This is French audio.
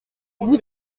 vous